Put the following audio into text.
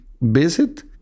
visit